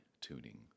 tuning